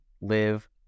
live